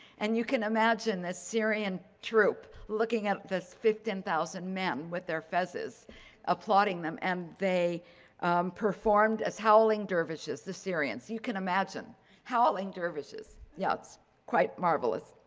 and you can imagine the syrian troop looking at these fifteen thousand men with their fezzes applauding them and they performed as howling dervishes, the syrians, you can imagine howling dervishes. yeah, it's quite marvelous.